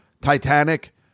Titanic